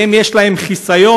יש להן חיסיון,